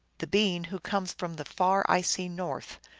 the being who comes from the far, icy north,